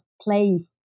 place